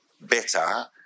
better